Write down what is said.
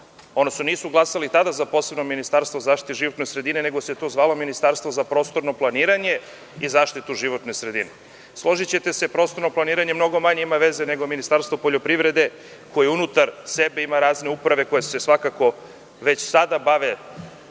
pa nisu glasali tada za posebno ministarstvo zaštite životne sredine, nego se to zvalo Ministarstvo za prostorno planiranje i zaštitu životne sredine. Složićete se, prostorno planiranje ima manje veze nego Ministarstvo poljoprivrede, koje unutar sebe ima razne uprave koje se sada bave,